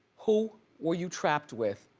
who were you trapped with?